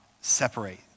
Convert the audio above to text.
separate